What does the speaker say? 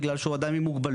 בגלל שהוא אדם עם מוגבלות,